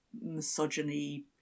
misogyny